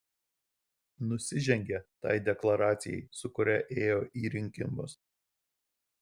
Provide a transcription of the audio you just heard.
nusižengia tai deklaracijai su kuria ėjo į rinkimus